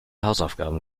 hausaufgaben